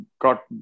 got